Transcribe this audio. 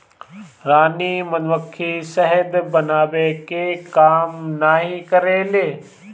रानी मधुमक्खी शहद बनावे के काम नाही करेले